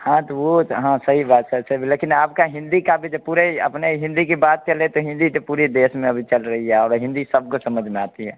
हाँ तो वो हाँ सही बात सर सर लेकिन आपका हिंदी का भी जे पूरे अपने हिंदी की बात कर ले तो हिंदी तो पूरी देश में अभी चल रही है और हिंदी सब को समझ में आती है